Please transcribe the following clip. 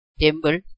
temple